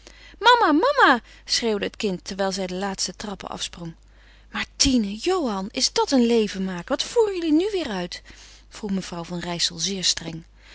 mama mama schreeuwde het kind terwijl zij de laatste trappen afsprong maar tine johan is dat een leven maken wat voeren jullie nu weêr uit vroeg mevrouw van rijssel zeer streng